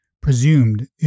presumed